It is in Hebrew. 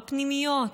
בפנימיות,